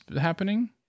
happening